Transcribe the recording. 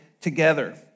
together